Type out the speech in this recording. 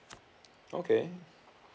okay